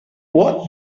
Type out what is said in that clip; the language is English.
what